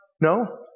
No